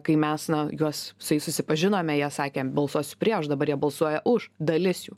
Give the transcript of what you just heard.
kai mes na juos su jais susipažinome jie sakė balsuosiu prieš dabar jie balsuoja už dalis jų